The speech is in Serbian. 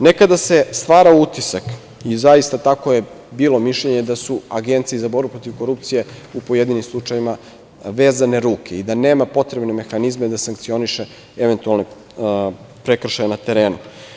Nekada se stvarao utisak i zaista tako je bilo mišljenje da su Agenciji za borbu protiv korupcije u pojedinim slučajevima vezane ruke i da nema potrebne mehanizme da sankcioniše eventualne prekršaje na terenu.